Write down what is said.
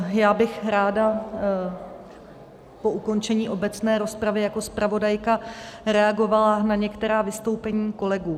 Já bych ráda po ukončení obecné rozpravy jako zpravodajka reagovala na některá vystoupení kolegů.